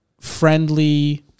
friendly